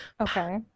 Okay